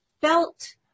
felt